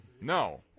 No